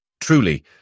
Truly